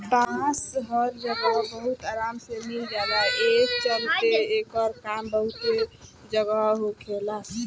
बांस हर जगह बहुत आराम से मिल जाला, ए चलते एकर काम बहुते जगह होखेला